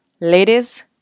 ladies